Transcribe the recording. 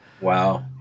Wow